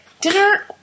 dinner